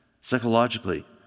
psychologically